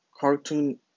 Cartoon